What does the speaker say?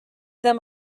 them